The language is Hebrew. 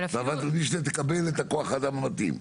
וועדת המשנה תקבל את כוח האדם המתאים.